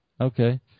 okay